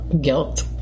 guilt